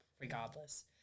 regardless